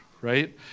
Right